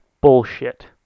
bullshit